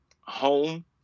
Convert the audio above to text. home